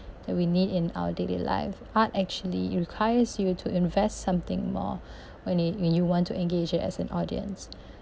that we need in our daily life art actually requires you to invest something more when it when you want to engage it as an audience